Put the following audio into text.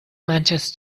manĝas